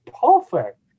perfect